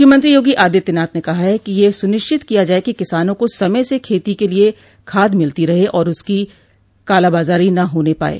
मुख्यमंत्री योगी आदित्यनाथ ने कहा है कि यह सुनिश्चित किया जाये कि किसानों को समय से खेती के लिये खाद मिलती रहे और इसकी कालाबाजारी न होने पाये